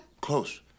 Close